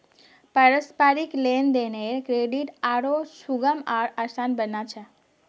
पारस्परिक लेन देनेर क्रेडित आरो सुगम आर आसान बना छेक